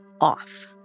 off